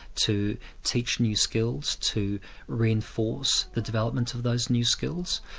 to teach new skills, to reinforce the development of those new skills.